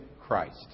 Christ